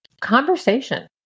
Conversation